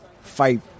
fight